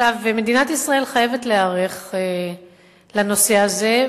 מדינת ישראל חייבת להיערך לנושא הזה,